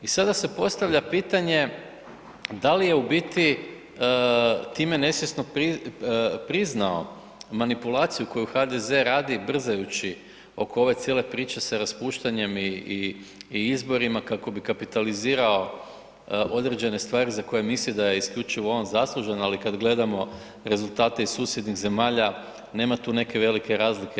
I sada se postavlja pitanje, da li je u biti time nesvjesno priznao manipulaciju koju HDZ radi brzajući oko ove cijele priče sa raspuštanjem i izborima kako bi kapitalizirao određene stvari za koje misli da je isključivo on zaslužan, ali kad gledamo rezultate iz susjednih zemalja nema tu neke velike razlike.